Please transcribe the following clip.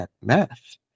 math